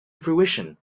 fruition